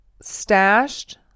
stashed